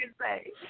say